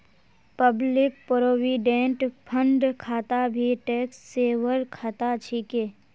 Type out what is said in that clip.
public provident fund खाता भी tax saver खाता छिके